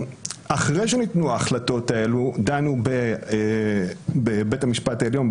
אחרי שניתנו ההחלטות האלו דנו בבית המשפט העליון,